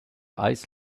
eyes